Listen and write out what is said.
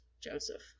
Joseph